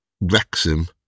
Wrexham